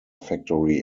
factory